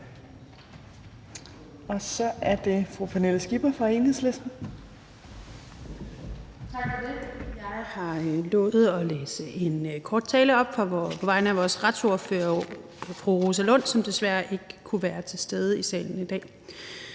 og så er det fru Pernille Skipper fra Enhedslisten.